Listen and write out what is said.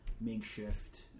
makeshift